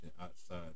outside